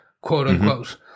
quote-unquote